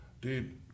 Dude